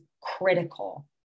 critical